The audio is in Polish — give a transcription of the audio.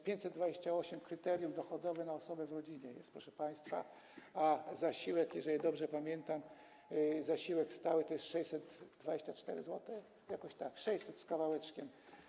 528 zł wynosi kryterium dochodowe na osobę w rodzinie, proszę państwa, a jeżeli dobrze pamiętam, zasiłek stały to jest 624 zł, jakoś tak, 600 z kawałeczkiem.